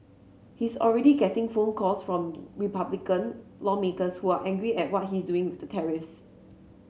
he's already getting phone calls from Republican lawmakers who are angry at what he doing with tariffs